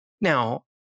Now